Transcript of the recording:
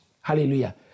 Hallelujah